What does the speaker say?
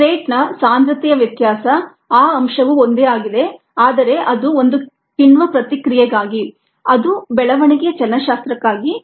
ಸಬ್ಸ್ಟ್ರೇಟ್ನ ಸಾಂದ್ರತೆಯ ವ್ಯತ್ಯಾಸ ಆ ಅಂಶವು ಒಂದೇ ಆಗಿದೆ ಆದರೆ ಅದು ಒಂದು ಕಿಣ್ವ ಪ್ರತಿಕ್ರಿಯೆಗಾಗಿ ಅದು ಬೆಳವಣಿಗೆಯ ಚಲನಶಾಸ್ತ್ರಕ್ಕಾಗಿ